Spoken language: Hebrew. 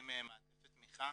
מעטפת תמיכה.